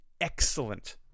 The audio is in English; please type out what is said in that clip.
excellent